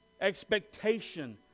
expectation